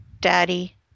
Daddy